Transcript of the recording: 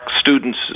students